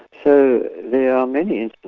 so there are many and